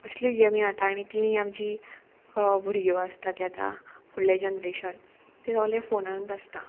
अशल्यो गेमी आतां आनी तिमी आमची भुरग्यो आसता ते आतां फुडलें जनरेशन तें सगलें फोनानूत आसता